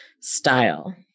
style